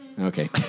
okay